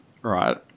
right